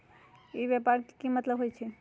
ई व्यापार के की मतलब होई छई?